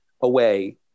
away